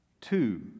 two